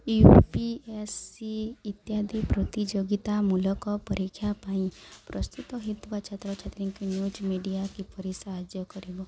UPSC ଇତ୍ୟାଦି ପ୍ରତିଯୋଗିତା ମୂଲକ ପରୀକ୍ଷା ପାଇଁ ପ୍ରସ୍ତୁତ ହେଉଥିବା ଛାତ୍ରଛାତ୍ରୀଙ୍କୁ ନ୍ୟୁଜ୍ ମିଡ଼ିଆ କିପରି ସାହାଯ୍ୟ କରିବ